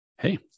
Hey